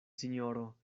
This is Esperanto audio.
sinjoro